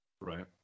right